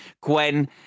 Gwen